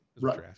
Right